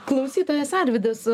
klausytojas arvydas